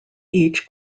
each